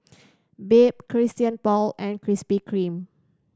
Bebe Christian Paul and Krispy Kreme